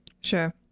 Sure